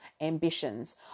ambitions